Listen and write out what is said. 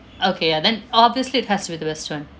okay ya then obviously it has to be the best [one]